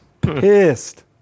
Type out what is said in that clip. Pissed